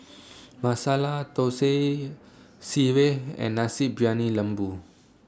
Masala Thosai Sireh and Nasi Briyani Lembu